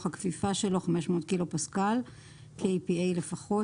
הכפיפה שלו 500 קילו פסקל (kPa) לפחות.